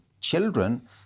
children